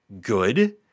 good